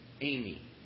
Amy